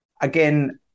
again